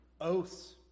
oaths